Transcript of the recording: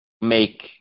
make